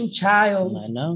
child